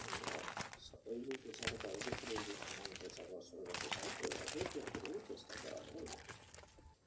ଆମର ଏଇ ଯେଉଁ ପୋଷାକ ଚଳଚ୍ଚିତ୍ର ଯେଉଁ ସମାନ ପୋଷାକ ଅଶୀଳତା ପୋଷାକ ଏଗୁଡ଼ା ସବୁ ତିଆରି କରିବାକୁ ଚେଷ୍ଟା କରାଯାଏ ନାହିଁ